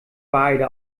beide